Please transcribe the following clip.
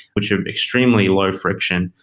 which would be extremely low friction.